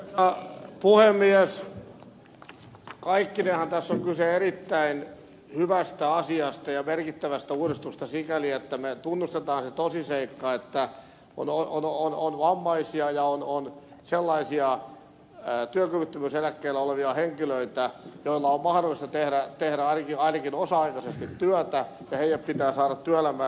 kaikkineenhan tässä on kyse erittäin hyvästä asiasta ja merkittävästä uudistuksesta sikäli että me tunnustamme sen tosiseikan että on vammaisia ja on sellaisia työkyvyttömyyseläkkeellä olevia henkilöitä joiden on mahdollista tehdä ainakin osa aikaisesti työtä ja heidät pitää saada työelämään